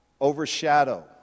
overshadow